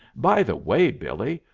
by the way, billee,